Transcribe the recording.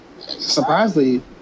Surprisingly